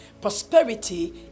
Prosperity